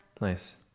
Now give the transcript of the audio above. Nice